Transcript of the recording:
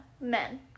men